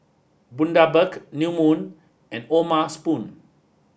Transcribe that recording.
Bundaberg New Moon and O'ma Spoon